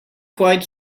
quite